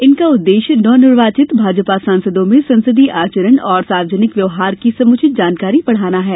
इनका उद्देश्य नवनिर्वाचित भाजपा सांसदों में संसदीय आचरण और सार्वजनिक व्यवहार की समुचित जानकारी बढ़ाना है